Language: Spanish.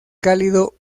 cálido